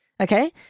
okay